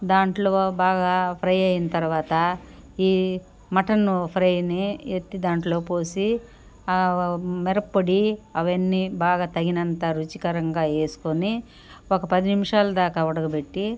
దాంట్లో బాగా ఫ్రై అయిన తర్వాత ఈ మటను ఫ్రైని ఎత్తి దాంట్లో పోసి మిరప్పొడి అవన్నీ బాగా తగినంత రుచికరంగా వేసుకొని ఒక పది నిమిషాలు దాకా ఉడకబెట్టి